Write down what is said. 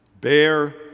Bear